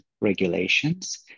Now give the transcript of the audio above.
regulations